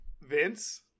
Vince